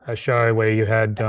ah show where you had